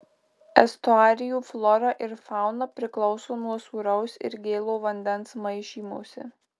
estuarijų flora ir fauna priklauso nuo sūraus ir gėlo vandens maišymosi